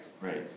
Right